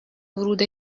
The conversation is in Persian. ورود